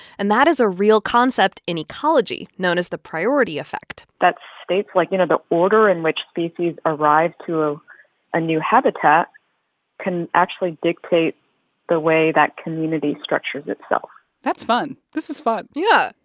and that is a real concept in ecology known as the priority effect that states, like, you know, the order in which species arrive to a new habitat can actually dictate the way that community structures itself that's fun. this is fun yeah.